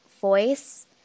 voice